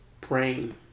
praying